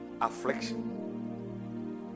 Affliction